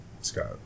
Scott